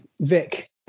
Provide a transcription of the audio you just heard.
Vic